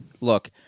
Look